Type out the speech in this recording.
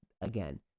again